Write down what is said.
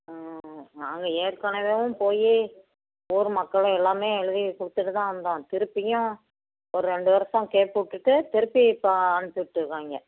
ம் ம் நாங்கள் ஏற்கனவேயும் போய் ஊர் மக்களும் எல்லாமே எழுதி கொடுத்துட்டு தான் வந்தோம் திருப்பியும் ஒரு ரெண்டு வருஷம் கேட்க விட்டுட்டு திருப்பி இப்போ அனுப்பிச்சுட்ருக்காய்ங்க